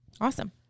Awesome